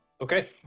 Okay